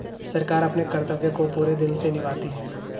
सरकार अपने कर्तव्य को पूरे दिल से निभाती है